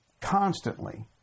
constantly